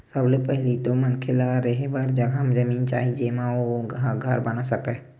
सबले पहिली तो मनखे ल रेहे बर जघा जमीन चाही जेमा ओ ह घर बना सकय